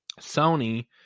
Sony